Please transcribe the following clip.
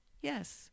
Yes